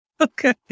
Okay